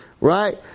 right